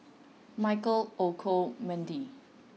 Michael Olcomendy